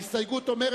ההסתייגות לא נתקבלה.